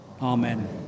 amen